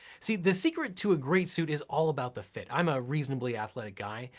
see, the secret to a great suit is all about the fit. i'm a reasonably athletic guy,